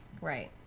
Right